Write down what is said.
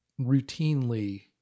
routinely